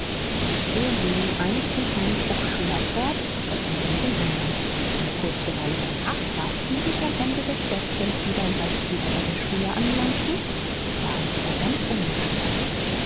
so ging eins mit einem trupp schüler fort das andere mit nem andern eine kurze weile danach trafen sie sich am ende des gäßchens wieder und als sie wieder bei der schule anlangten waren sie da ganz ungestört